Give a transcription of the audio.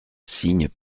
signes